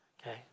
okay